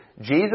Jesus